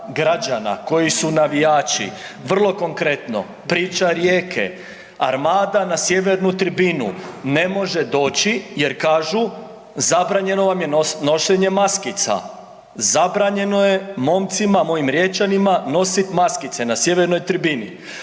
građana koji su navijači, vrlo konkretno priča Rijeke, Armada na sjevernu tribinu ne može doći jer kažu zabranjeno vam je nošenje maskica, zabranjeno je momcima mojim Riječanima nositi maskice na sjeverno tribini,